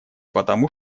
потому